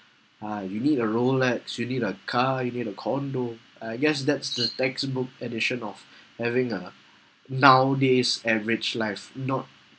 ah you need a rolex you need a car you need a condo I guess that's the textbook edition of having a nowadays average life not